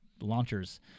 launchers